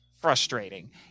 frustrating